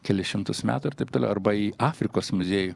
kelis šimtus metų ir t t arba į afrikos muziejų